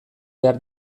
behar